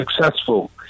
successful